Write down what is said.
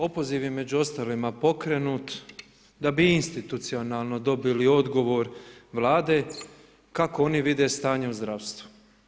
Opoziv je među ostalima pokrenut da bi institucionalno dobili odgovor Vlade kako oni vide stanje u zdravstvu?